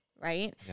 Right